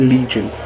Legion